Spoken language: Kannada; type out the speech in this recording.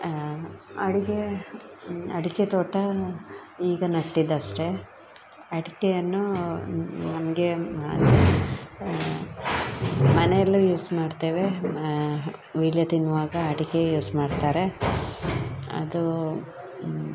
ಅಡಿಕೆ ಅಡಿಕೆ ತೋಟ ಈಗ ನೆಟ್ಟಿದ್ದಷ್ಟೇ ಅಡಿಕೆಯನ್ನು ನಮಗೆ ಅಲ್ಲಿ ಮನೇಲು ಯೂಸ್ ಮಾಡ್ತೇವೆ ವೀಳ್ಯ ತಿನ್ನುವಾಗ ಅಡಿಕೆ ಯೂಸ್ ಮಾಡ್ತಾರೆ ಅದು